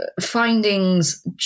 findings